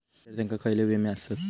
विद्यार्थ्यांका खयले विमे आसत?